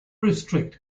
restrict